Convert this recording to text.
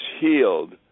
healed